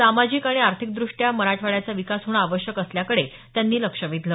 सामाजिक आणि आर्थिकदृष्ट्या मराठवाड्याचा विकास होणं आवश्यक असल्याकडे त्यांनी लक्ष वेधलं